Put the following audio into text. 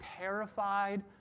terrified